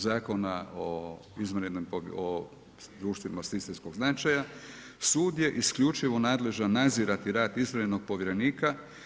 Zakona o izvanrednom, o društvima sistemskog značaja, sud je isključivo nadležan, nazirati rad izvanrednog povjerenika.